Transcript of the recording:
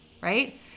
right